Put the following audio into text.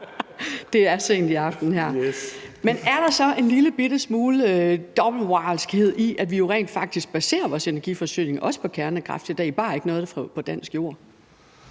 sent her til aften. Men er der så en lillebitte smule dobbeltmoral i, at vi jo rent faktisk også baserer vores energiforsyning på kernekraft i dag, bare ikke noget, der er på dansk jord?